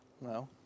no